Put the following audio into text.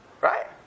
Right